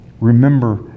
Remember